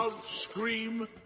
Scream